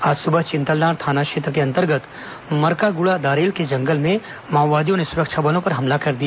आज सुबह चिंतलनार थाना क्षेत्र के अंतर्गत मर्कागुडा दारेल के जंगल में माओवादियों ने सुरक्षा बलों पर हमला कर दिया